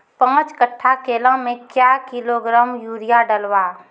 पाँच कट्ठा केला मे क्या किलोग्राम यूरिया डलवा?